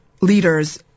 leaders